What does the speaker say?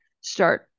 start